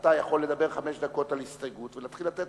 שאתה יכול לדבר חמש דקות על הסתייגות ולהתחיל לתת